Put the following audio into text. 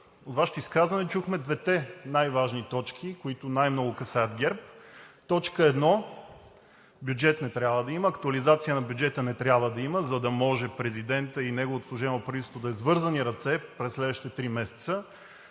от Вашето изказване чухме двете най-важни точки, които най-много касаят ГЕРБ. Точка едно – бюджет не трябва да има. Актуализация на бюджета не трябва да има, за да може президентът и неговото служебно правителство да е с вързани ръце през следващите три месеца,